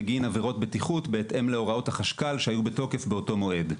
בגין עבירות בטיחות בהתאם להוראות החשכ"ל שהיו בתוקף באותו מועד.